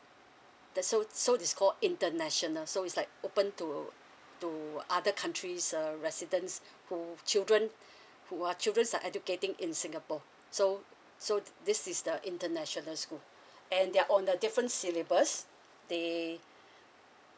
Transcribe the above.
that's so so this called international so is like open to to other countries uh residents who children who are children's are educating in singapore so so this is the international school and they are on the different syllabus they